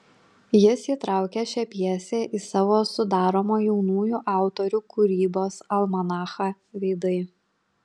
jis įtraukė šią pjesę į savo sudaromą jaunųjų autorių kūrybos almanachą veidai